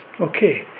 okay